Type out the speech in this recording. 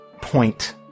point